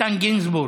מס'